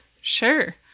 sure